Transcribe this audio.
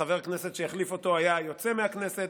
חבר הכנסת שהחליף אותו היה יוצא מהכנסת,